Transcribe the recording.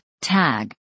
Tag